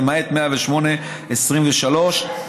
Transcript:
למעט 108(23),